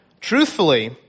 Truthfully